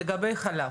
לגבי חלב.